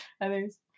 Others